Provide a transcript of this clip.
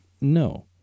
no